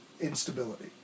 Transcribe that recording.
instability